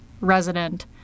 resident